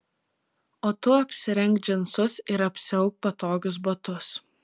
o tu apsirenk džinsus ir apsiauk patogius batus